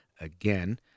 again